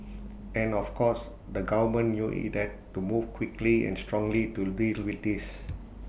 and of course the government knew IT had to move quickly and strongly to deal with this